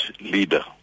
leader